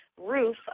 roof